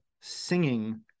singing